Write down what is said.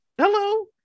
Hello